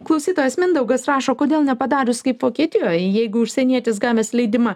klausytojas mindaugas rašo kodėl nepadarius kaip vokietijoj jeigu užsienietis gavęs leidimą